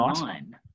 nine